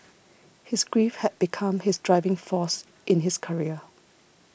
his grief had become his driving force in his career